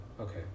Okay